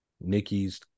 Nikki's